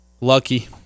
Lucky